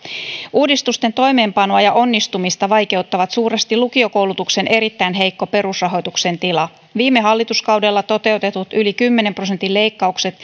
uudistusten toimeenpanoa ja onnistumista vaikeuttaa suuresti lukiokoulutuksen erittäin heikko perusrahoituksen tila viime hallituskaudella toteutetut yli kymmenen prosentin leikkaukset